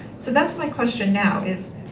so that's my question now is,